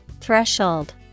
Threshold